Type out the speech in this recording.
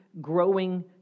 growing